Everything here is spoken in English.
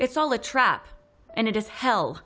it's all a trap and it is hell